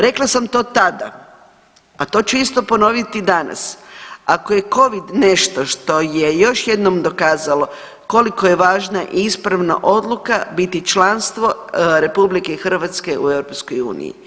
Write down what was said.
Rekla sam to tada, a to ću isto ponoviti danas, ako je Covid nešto što je još jednom dokazalo kolika je važna i ispravna odluka biti članstvo RH u EU.